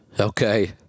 Okay